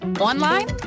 online